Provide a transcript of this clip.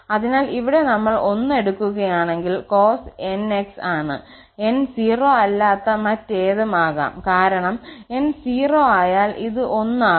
അതിനാൽ ഇവിടെ നമ്മൾ 1 എടുക്കുകയാണെങ്കിൽ cos 𝑛𝑥 ആണ് 𝑛 0 അല്ലാത്ത മറ്റേതും ആകാം കാരണം 𝑛 0 ആയാൽ ഇത് 1 ആകും